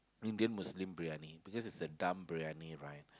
Indian Muslim briyani because its a dum briyani right